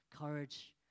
courage